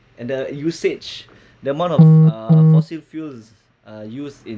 and the usage the amount of fossil fuels are used in